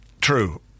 true